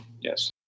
yes